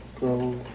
Go